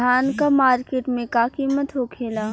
धान क मार्केट में का कीमत होखेला?